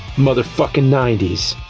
motherfuckin' ninety s!